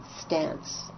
stance